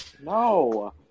No